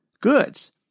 goods